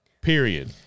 Period